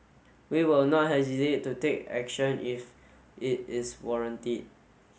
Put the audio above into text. we will not hesitate to take action if it is warranted